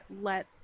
let